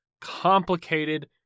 complicated